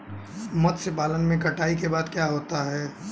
मत्स्य पालन में कटाई के बाद क्या है?